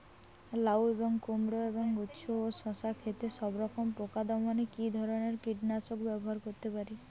লাউ এবং কুমড়ো এবং উচ্ছে ও শসা ক্ষেতে সবরকম পোকা দমনে কী ধরনের কীটনাশক ব্যবহার করতে পারি?